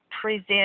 present